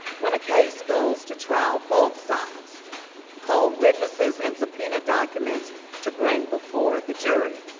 when a case goes to trial, both sides call witnesses and subpoena documents to bring before the jury.